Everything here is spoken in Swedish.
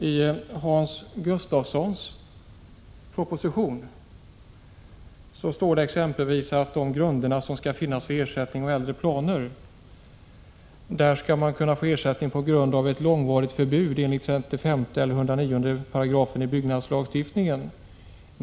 I Hans Gustafssons proposition står det exempelvis beträffande reglerna för ersättning vid äldre planer att det skall vara möjligt att få ersättning på grund av ett långvarigt förbud enligt 35 § eller 109 § i byggnadslagstiftningen.